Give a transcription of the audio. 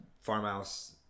farmhouse